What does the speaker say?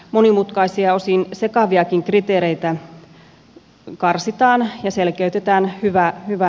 monimutkaisia osin sekaviakin kriteereitä karsitaan ja selkeytetään hyvä niin